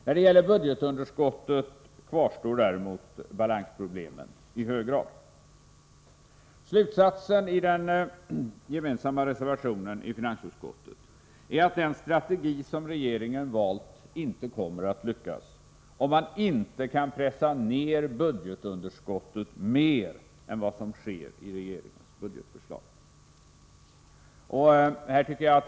När det gäller budgetunderskottet kvarstår däremot balansproblemen i hög grad. Slutsatsen i den gemensamma reservationen i finansutskottet är att den strategi som regeringen valt inte kommer att lyckas, om man inte kan pressa ner budgetunderskottet mer än vad som sker i regeringens budgetförslag.